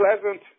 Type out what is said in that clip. pleasant